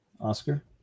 Oscar